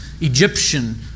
Egyptian